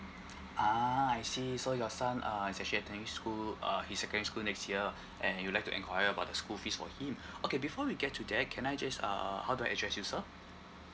ah I see so your son ah is actually attending school uh his secondary school next year and you'd like to enquire about the school fees for him okay before we get to that can I just uh how do I address you sir